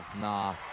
nah